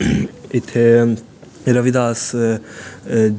इत्थे रविदास